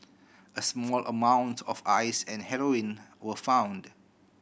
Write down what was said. a small amount of Ice and heroin were found